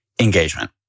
engagement